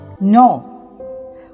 No